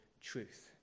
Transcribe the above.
truth